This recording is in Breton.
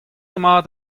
emañ